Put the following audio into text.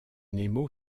nemo